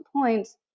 points